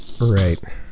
Right